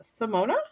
Simona